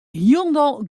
hielendal